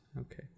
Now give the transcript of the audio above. Okay